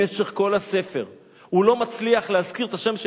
במשך כל הספר הוא לא מצליח להזכיר את השם של